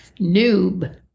noob